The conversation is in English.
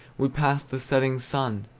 we passed the setting sun.